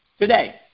today